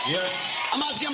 Yes